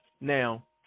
Now